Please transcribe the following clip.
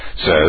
says